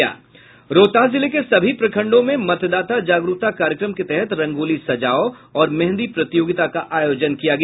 रोहतास जिले के सभी प्रखंडों में मतदाता जागरूकता कार्यक्रम के तहत रंगोली सजाओ और मेहंदी प्रतियोगिता का आयोजन किया गया